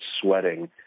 sweating